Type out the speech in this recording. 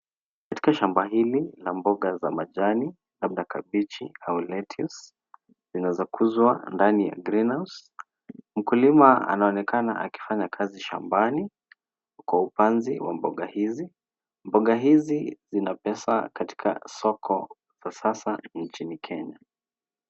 Katika shamba hili la mboga za majani labda kabichi au lentils zinazokuzwa ndani ya green house mkulima anaonekana akifanya kazi shambani kwa upanzi wa mboga hizi. Mboga hizi zinapesa katika soko kwa sasa nchini kenya.